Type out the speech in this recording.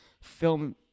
film